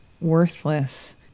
worthless